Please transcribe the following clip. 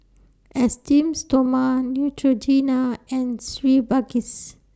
Esteem Stoma Neutrogena and